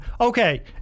Okay